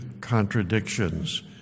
contradictions